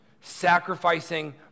sacrificing